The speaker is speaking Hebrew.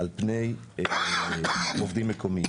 על פני עובדים מקומיים.